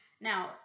Now